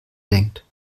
denkt